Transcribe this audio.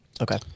okay